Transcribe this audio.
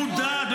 מודעת,